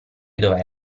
doveva